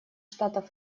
штатов